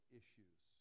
issues